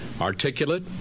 articulate